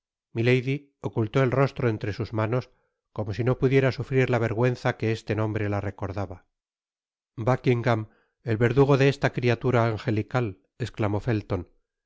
ocultó el rostro entre sus manos como si no pudiera sufrir la vergüenza que este nombre la recordaba buckingam el verdugo de esta criatura angelical esclamó felton